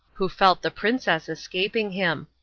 who felt the princess escaping him.